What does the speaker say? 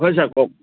হয় চাৰ কওক